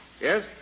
Yes